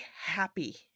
happy